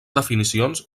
definicions